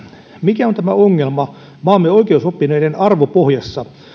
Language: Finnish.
mikä on tämä ongelma maamme oikeusoppineiden arvopohjassa